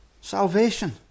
Salvation